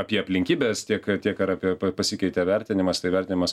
apie aplinkybes tiek tiek ir apie pasikeitė vertinimas tai vertinimas